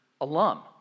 alum